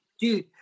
Dude